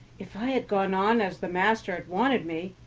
if i had gone on as the master wanted me,